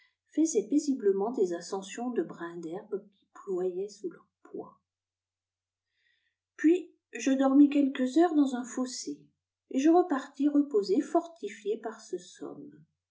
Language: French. faisaient paisiblement des ascensions de brins d'herbe qui ployaient sous leur poids puis je dormis quelques heures dans un fossé et je repartis reposé fortifié par ce somme